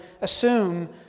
assume